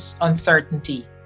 uncertainty